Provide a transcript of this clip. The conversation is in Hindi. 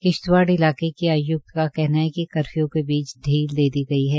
किश्तवाड़ इलाके के आयुक्त का कहना है कि कर्फियू के बीच ढील दे दी गई है